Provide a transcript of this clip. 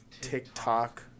TikTok